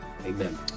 Amen